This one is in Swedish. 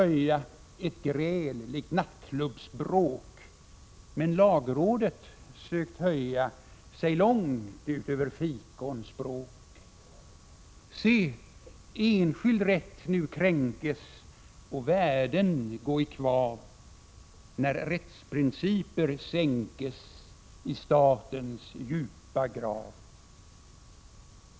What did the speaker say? ett gräl likt nattklubbsbråk, men lagrådet sökt höja sig långt utöver fikonspråk: — Se enskild rätt nu kränkes och värden gå i kvav, när rättsprinciper sänkes i statens djupa grav!